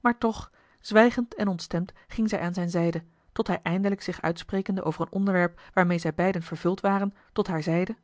maar toch zwijgend en ontstemd ging zij aan zijne zijde tot hij eindelijk zich uitsprekende over een onderwerp waarmeê zij beiden vervuld waren tot haar zeide